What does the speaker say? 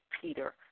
Peter